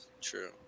True